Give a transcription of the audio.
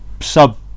sub